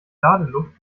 ladeluft